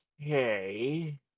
okay